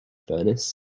furnace